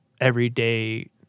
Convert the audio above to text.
everyday